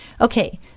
Okay